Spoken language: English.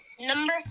Number